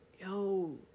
yo